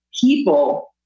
people